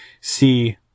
see